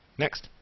next.